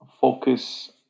focus